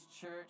church